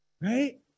right